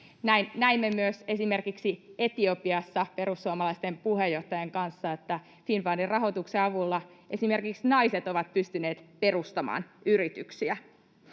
Näimme myös esimerkiksi Etiopiassa perussuomalaisten puheenjohtajan kanssa, että Finnfundin rahoituksen avulla esimerkiksi naiset ovat pystyneet perustamaan yrityksiä.